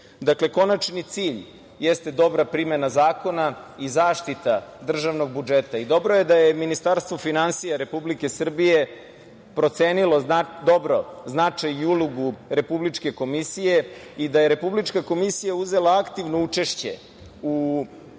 Srbije. Dakle, konačni cilj jeste dobra primena zakona i zaštita državnog budžeta i dobro je da je Ministarstvo finansija Republike Srbije procenilo dobro značaj i ulogu Republičke komisije i da je Republička komisija uzela aktivno učešće u